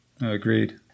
Agreed